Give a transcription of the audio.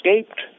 escaped